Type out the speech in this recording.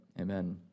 amen